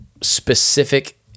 specific